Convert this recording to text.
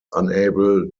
unable